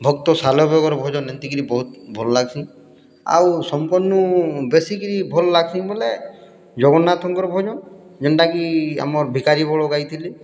ଭକ୍ତ ସାଲବେଗର୍ ଭଜନ୍ ଏନ୍ତିକିରି ବହୁତ୍ ଭଲ୍ ଲାଗ୍ସି ଆଉ ସମ୍କର୍ନୁ ବେଶୀକରି ଭଲ୍ ଲାଗ୍ସି ବେଲେ ଜଗନ୍ନାଥଙ୍କର୍ ଭଜନ୍ ଯେନ୍ଟାକି ଆମ ଭିକାରୀ ବଳ ଗାଇଥିଲେ